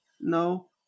no